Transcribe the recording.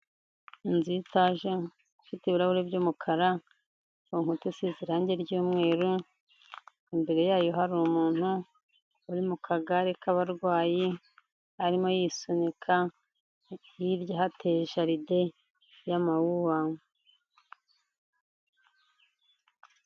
Inzu y'itaje, ifite ibirahuri by'umukara, ku nkuta isize irangi ry'umweru, imbere yayo hari umuntu uri mu kagare k'abarwayi, arimo yisunika, hirya hateye jaride y'amawuwa.